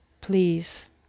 please